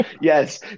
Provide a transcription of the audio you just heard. Yes